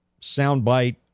soundbite